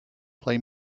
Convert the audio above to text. play